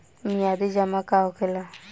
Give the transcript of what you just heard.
मियादी जमा का होखेला?